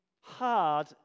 hard